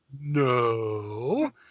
no